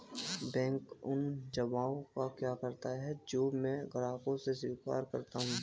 Bank उन जमाव का क्या करता है जो मैं ग्राहकों से स्वीकार करता हूँ?